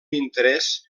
interès